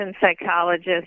psychologist